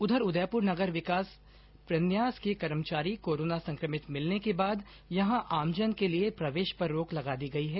उधर उदयपुर नगर विकास प्रन्यास के कर्मचारी कोरोना संक्रमित मिलने के बाद यहां आमजन के लिए प्रवेश पर रोक लगा दी गई है